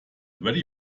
ready